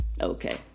Okay